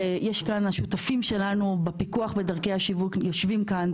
השותפים שלנו בפיקוח בדרכי השיווק יושבים כאן,